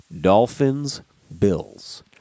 Dolphins-Bills